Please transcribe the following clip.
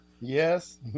yes